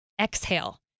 Exhale